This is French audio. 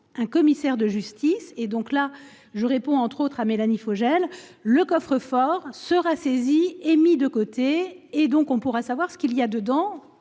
un commissaire de justice. Je réponds, entre autres, à Mélanie Vogel : le coffre fort sera saisi et mis de côté : on pourra savoir ce qu’il y a dedans,